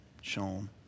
shown